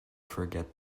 forget